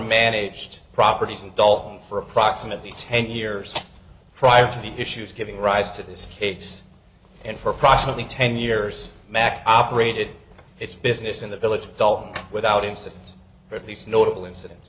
managed properties and dull for approximately ten years prior to the issues giving rise to this case and for approximately ten years mack operated its business in the village adult without incident but these notable inciden